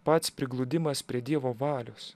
pats prigludimas prie dievo valios